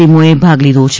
ટીમોએ ભાગ લીધો છે